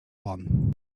one